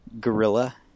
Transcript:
gorilla